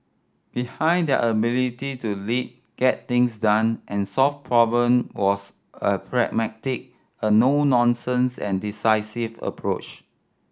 behind their ability to lead get things done and solve was a pragmatic a no nonsense and decisive approach